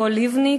קול לבני,